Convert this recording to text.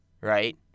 right